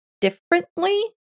differently